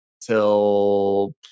till